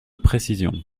précision